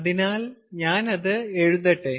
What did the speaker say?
അതിനാൽ ഞാൻ അത് എഴുതട്ടെ